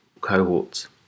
cohorts